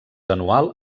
anual